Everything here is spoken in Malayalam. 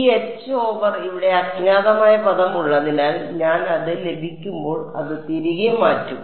ഈ H ഓവർ ഇവിടെ അജ്ഞാതമായ പദം ഉള്ളതിനാൽ ഞാൻ അത് ലഭിക്കുമ്പോൾ അത് തിരികെ മാറ്റും